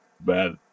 bad